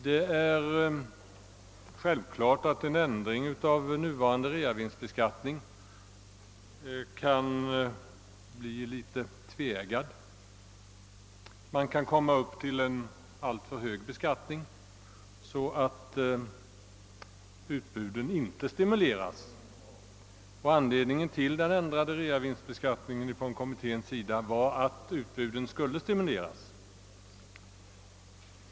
Det är självklart att en ändring av nuvarande realisationsvinstbeskattning kan bli tveeggad. Man kan komma upp till en alltför hög beskattning så att utbuden inte stimuleras utan motverkas. Motiveringen för kommitténs förslag om ändrad realisationsvinstbeskattning var att utbuden skulle stimuleras.